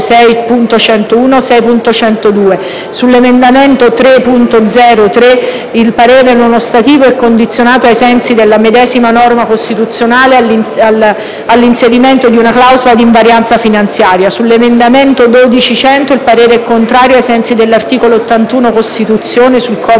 Sull'emendamento 3.0.3 il parere non ostativo è condizionato, ai sensi della medesima norma costituzionale, all'inserimento di una clausola di invarianza finanziaria. Sull'emendamento 12.100, il parere è contrario, ai sensi dell'articolo 81 della Costituzione, sul comma